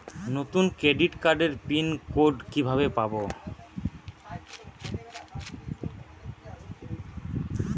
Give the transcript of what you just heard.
নতুন ক্রেডিট কার্ডের pin code কিভাবে পাব?